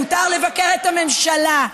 מותר לבקר את הממשלה,